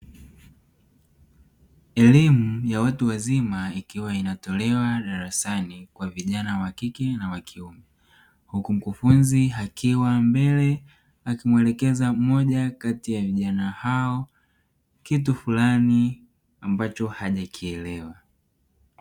Elimu ya watu wazima ikiwa inatolewa darasani kwa vijana wa kike na wa kiume, huku mkufunzi akiwa mbele akimwelekeza mmoja kati ya vijana hao kitu fulani ambacho hajakielewa.